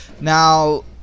Now